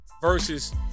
Versus